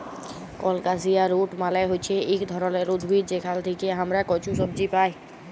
colocasia root মালে হচ্যে ইক ধরলের উদ্ভিদ যেখাল থেক্যে হামরা কচু সবজি পাই